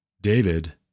David